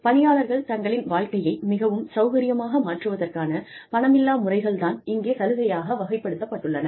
பணியாளர்கள் தங்களின் வாழ்க்கையை மிகவும் சௌகரியமாக மாற்றுவதற்கான பணமில்லா முறைகள் தான் இங்கே சலுகையாக வகைப்படுத்தப்பட்டுள்ளன